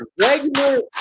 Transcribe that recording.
regular